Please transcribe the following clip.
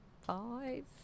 five